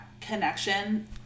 connection